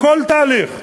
בכל תהליך.